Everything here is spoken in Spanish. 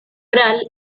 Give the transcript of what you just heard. oral